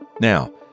Now